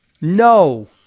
No